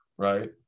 Right